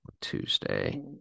Tuesday